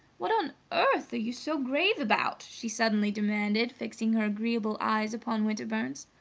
what on earth are you so grave about? she suddenly demanded, fixing her agreeable eyes upon winterbourne's.